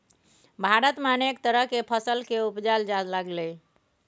भारत में अनेक तरह के फसल के उपजाएल जा लागलइ